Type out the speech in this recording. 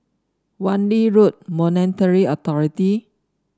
Wan Lee Road Monetary Authority